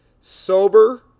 Sober